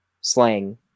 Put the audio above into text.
slang